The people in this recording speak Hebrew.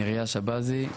נריה שבזי,